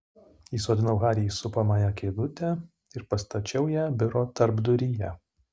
įsodinau harį į supamąją kėdutę ir pastačiau ją biuro tarpduryje